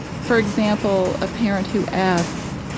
for example, a parent who asks,